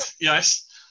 Yes